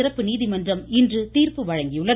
சிறப்பு நீதிமன்றம் இன்று தீர்ப்பு வழங்கியுள்ளது